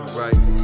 right